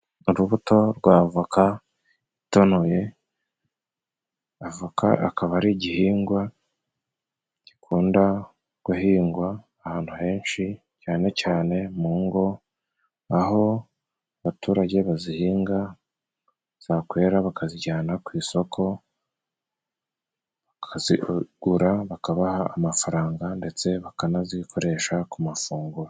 Urubuto rwa avoka itonoye. Avoka akaba ari igihingwa gikunda guhingwa ahantu henshi cyane cyane mu ngo, aho abaturage bazihinga zakwera bakazijyana ku isoko bakazigura bakabaha amafaranga ndetse bakanazikoresha ku mafunguro.